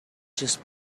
just